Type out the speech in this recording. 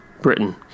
britain